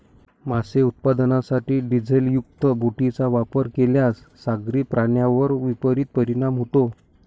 मासे उत्पादनासाठी डिझेलयुक्त बोटींचा वापर केल्यास सागरी प्राण्यांवर विपरीत परिणाम होतो